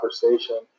conversation